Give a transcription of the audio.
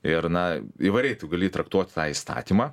ir na įvairiai tu gali traktuot tą įstatymą